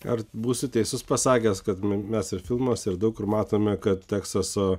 ar būsiu teisus pasakęs kad mes ir filmuose ir daug kur matome kad teksaso